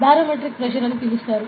barometric pressure అని పిలుస్తారు